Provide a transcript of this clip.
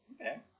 Okay